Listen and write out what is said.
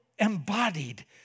embodied